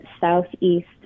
southeast